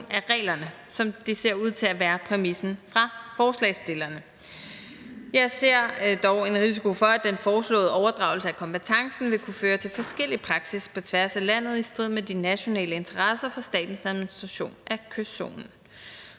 af reglerne, som det ser ud til at være præmissen fra forslagsstillernes side. Jeg ser dog en risiko for, at den foreslåede overdragelse af kompetencen vil kunne føre til forskellig praksis på tværs af landet i strid med de nationale interesser for statens administration af kystzonen.